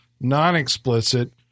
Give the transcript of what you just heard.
non-explicit